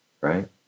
right